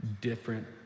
different